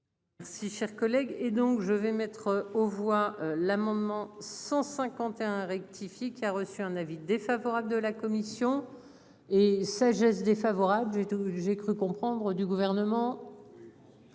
Si cher collègue, et donc je vais mettre aux voix l'amendement 151 rectifié qui a reçu un avis défavorable de la commission et sagesse défavorable du tout j'ai cru comprendre du gouvernement.